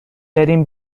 بریم